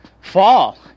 fall